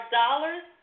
dollars